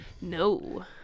No